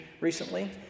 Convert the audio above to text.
recently